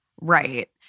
Right